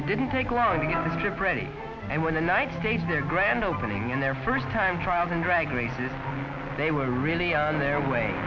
it didn't take long to freddie and when the night stayed their grand opening and their first time trials and drag races they were really on their way